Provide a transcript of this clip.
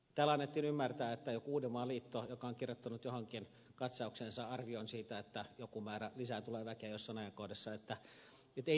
täällä annettiin ymmärtää että uudenmaan liitto on kirjoittanut johonkin katsaukseensa arvion siitä että joku määrä lisää väkeä tulee jossain ajankohdassa ja että ei näin pidä tehdä